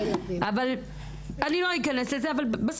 עם הילדים.